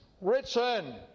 written